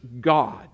God